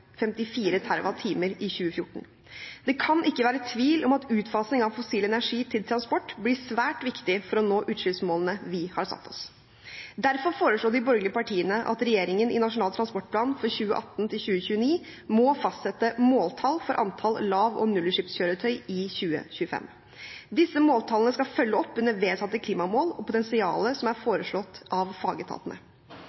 54 TWh i 2014. Det kan ikke være tvil om at utfasing av fossil energi til transport blir svært viktig for å nå utslippsmålene vi har satt oss. Derfor foreslo de borgerlige partiene at regjeringen i Nasjonal transportplan for 2018–2029 må fastsette måltall for antall lav- og nullutslippskjøretøy i 2025. Disse måltallene skal følge opp vedtatte klimamål og potensialet som er